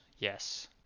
yes